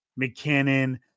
McKinnon